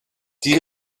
die